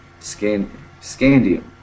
scandium